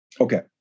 Okay